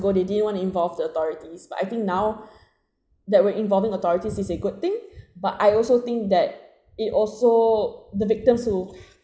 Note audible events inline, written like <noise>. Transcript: ~go where they didn't want to involve the authorities but I think now <breath> that with involving the authorities is a good thing but I also think that it also the victims who